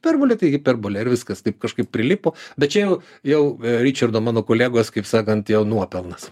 hiperpolė tai hiperbolė ir viskas taip kažkaip prilipo bet čia jau jau ričardo mano kolegos kaip sakant jo nuopelnas